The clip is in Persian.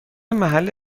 محل